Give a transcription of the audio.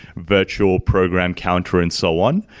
virtual program counter and so on.